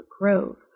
grove